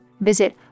Visit